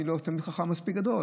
אני לא תלמיד חכם מספיק גדול,